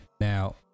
Now